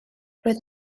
roedd